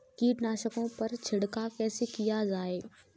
कीटनाशकों पर छिड़काव कैसे किया जाए?